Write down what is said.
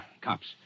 cops